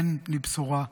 אין לי בשורה,